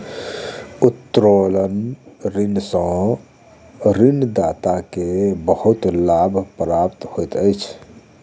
उत्तोलन ऋण सॅ ऋणदाता के बहुत लाभ प्राप्त होइत अछि